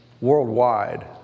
worldwide